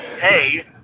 hey